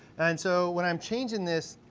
and so when i'm changing this,